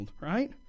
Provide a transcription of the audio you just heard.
right